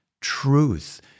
truth